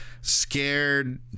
scared